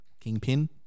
Kingpin